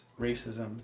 racism